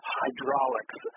hydraulics